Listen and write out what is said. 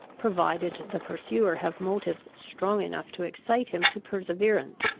provided the pursuer have motives strong enough to excite him to perseverance,